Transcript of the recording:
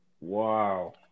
Wow